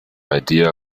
idea